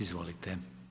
Izvolite.